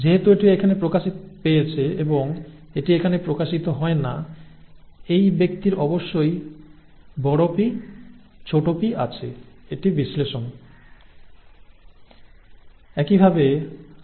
যেহেতু এটি এখানে প্রকাশ পেয়েছে এবং এটি এখানে প্রকাশিত হয় নি এই ব্যক্তির অবশ্যই P p আছে এটি বিশ্লেষণ যেহেতু রোগটি এখানে প্রকাশিত হয়েছে এবং এখানে রোগটি প্রকাশ পায়নি তাই এই ব্যক্তির অবশ্যই Pp ছিল এটিই হল অ্যানালিসিস